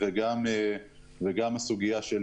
גם הסוגיה של